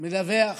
מדווח